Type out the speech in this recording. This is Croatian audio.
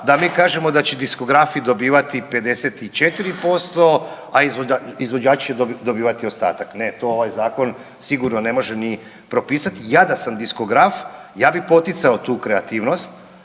da mi kažemo da će diskografi dobivati 54%, a izvođači će dobivati ostatak, ne to ovaj zakon sigurno ne može ni propisat. Ja da sam diskograf ja bi poticao tu kreativnost